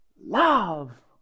love